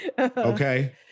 Okay